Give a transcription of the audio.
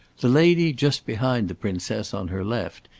the lady just behind the princess on her left,